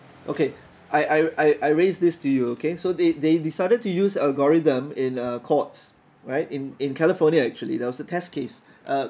okay I I I I raise this to you okay so they they decided to use algorithm in uh courts right in in california actually there was a test case uh